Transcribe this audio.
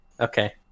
Okay